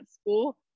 school